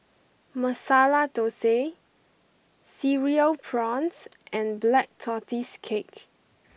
Masala Thosai Cereal Prawns and Black Tortoise Cake